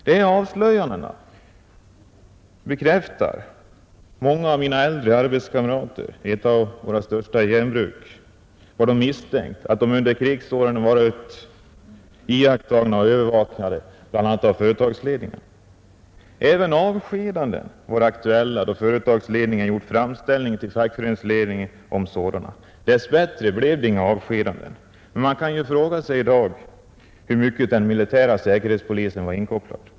De här avslöjandena bekräftar bara vad många av mina äldre arbetskamrater på ett av de största järnbruken misstänkt, nämligen att de under krigsåren var iakttagna och övervakade av bl.a. företagsledningen. Även avskedanden var aktuella, då företagsledningen gjort framställning till fackföreningsledningen om sådana. Dess bättre blev det inga avskedanden, men man kan fråga sig i dag hur mycket den militära säkerhetspolisen var inkopplad.